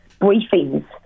briefings